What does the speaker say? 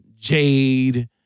Jade